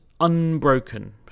unbroken